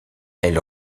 elle